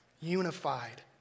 unified